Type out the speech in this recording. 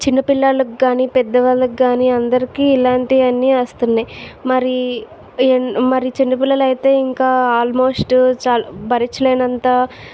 చిన్నపిల్లలకు గాని పెద్దవాళ్లకు గాని అందరికీ ఇలాంటి అన్ని వస్తున్నాయి మరి మరి చిన్నపిల్లలు అయితే ఇంకా ఆల్ మోస్ట్ చాలా భరించలేనంత